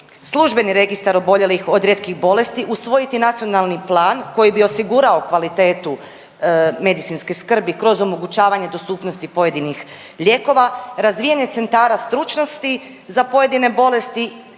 službeni registar oboljelih od rijetkih bolesti, usvojiti nacionalni plan koji bi osigurao kvalitetu medicinske skrbi kroz omogućavanje dostupnosti pojedinih lijekova, razvijanje centara stručnosti za pojedine bolesti